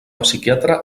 psiquiatre